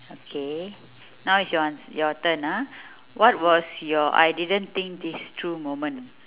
okay now is your ans~ your turn ah what was your I didn't think this through moment